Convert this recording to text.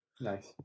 nice